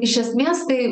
iš esmės tai